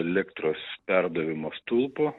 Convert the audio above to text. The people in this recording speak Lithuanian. elektros perdavimo stulpo